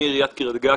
מעיריית קרית גת,